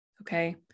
okay